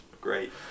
Great